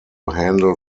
handle